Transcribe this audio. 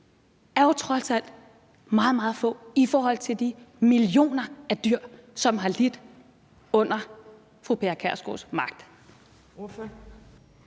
trods alt om meget, meget få i forhold til de millioner af dyr, som har lidt under fru Pia Kjærsgaards magt.